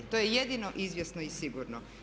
To je jedino izvjesno i sigurno.